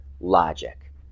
logic